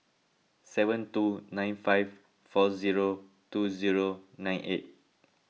seven two nine five four zero two zero nine eight